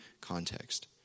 context